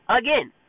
again